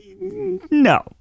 No